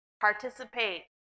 Participate